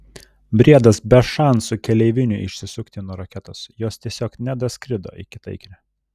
briedas be šansų keleiviniui išsisukti nuo raketos jos tiesiog nedaskrido iki taikinio